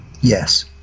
Yes